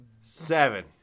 Seven